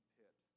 pit